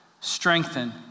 strengthen